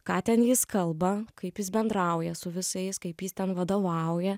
ką ten jis kalba kaip jis bendrauja su visais kaip jis ten vadovauja